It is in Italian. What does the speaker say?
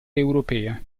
europea